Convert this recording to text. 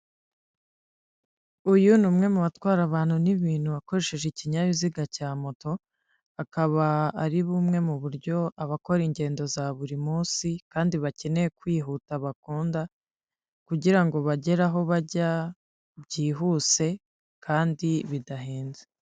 Uyu ni umwe mu batwara abantu n'ibintu, akoresheje ikinyabiziga cya moto, akaba ari bumwe mu buryo abakora ingendo za buri munsi kandi bakeneye kwihuta bakunda, kugirango bagere aho bajya byihuse, kandi bidahenze.